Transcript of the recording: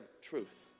truth